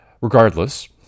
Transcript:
Regardless